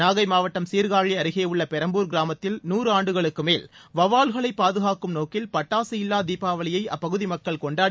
நாகை மாவட்டம் சீர்காழி அருகே உள்ள பெரம்பூர் கிராமத்தில் நூறு ஆண்டுகளுக்கு மேல் வெளவால்களை பாதுகாக்கும் நோக்கில் பட்டாசு இல்லா தீபாவளியை அப்பகுதி மக்கள் கொண்டாடி